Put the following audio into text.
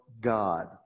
God